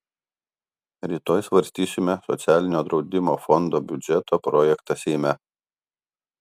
rytoj svarstysime socialinio draudimo fondo biudžeto projektą seime